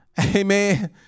amen